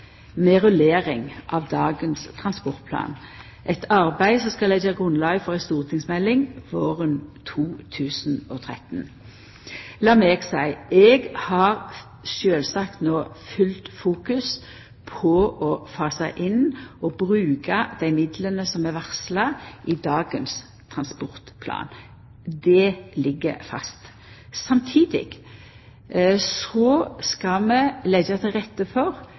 med rullering av dagens transportplan, eit arbeid som skal leggja grunnlaget for ei stortingsmelding våren 2013. Lat meg seia: Eg har sjølvsagt no fullt fokus på å fasa inn og bruka dei midlane som er varsla i dagens transportplan. Det ligg fast. Samtidig skal vi leggja til rette for